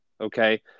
Okay